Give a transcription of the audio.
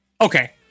Okay